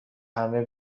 همه